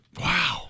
Wow